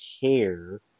care